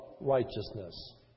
righteousness